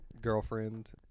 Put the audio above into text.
girlfriend